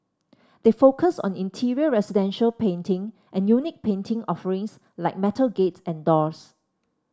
they focus on interior residential painting and unique painting offerings like metal gates and doors